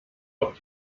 auf